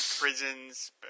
prisons